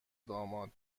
داماد